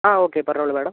ആ ഓക്കെ പറഞ്ഞോളൂ മേഡം